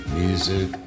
music